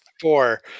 four